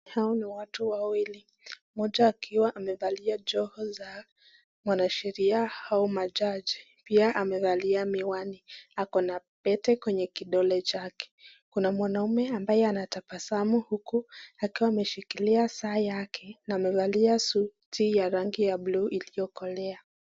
Hao ni watu wawili mmoja akiwa amevalia joho za mwanasheria ama majaji pia amevalia miwani ako na pete kwenye kidole chake. Kuna mwanaume ambaye anatabasamu huku akiwa ameshikilia saa yake na amevalia suti ya buluu iliyokolea.